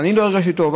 אני לא הרגשתי טוב.